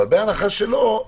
אבל בהנחה שלא,